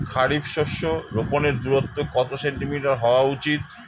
খারিফ শস্য রোপনের দূরত্ব কত সেন্টিমিটার হওয়া উচিৎ?